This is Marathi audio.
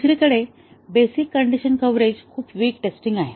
दुसरीकडे बेसिक कण्डिशन कव्हरेज खूप वीक टेस्टिंग आहे